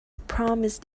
promised